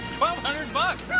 hundred bucks.